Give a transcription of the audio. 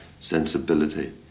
sensibility